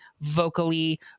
vocally